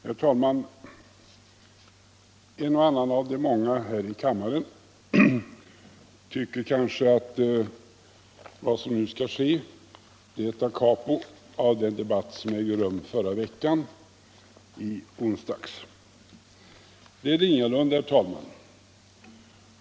Herr talman! En och annan av de många i kammaren tycker kanske att vad som nu skall ske blir ett da capo av den debatt som ägde rum förra veckan — i onsdags. Det är det ingalunda, herr talman!